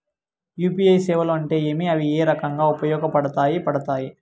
UPI సేవలు అంటే ఏమి, అవి ఏ రకంగా ఉపయోగపడతాయి పడతాయి?